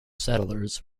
settlers